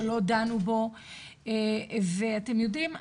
שלא דנו בו ואתם יודעים,